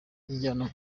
ijyana